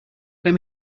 let